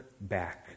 back